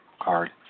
card